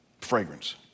Fragrance